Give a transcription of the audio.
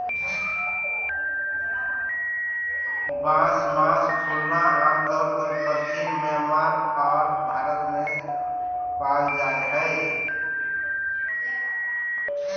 बांस मास फूलना आमतौर परचीन म्यांमार आर भारत में पाल जा हइ